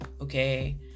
Okay